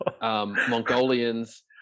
Mongolians